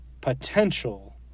potential